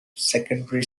secondary